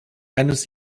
eines